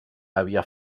havia